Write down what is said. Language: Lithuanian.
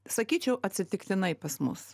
sakyčiau atsitiktinai pas mus